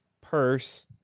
purse